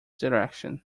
direction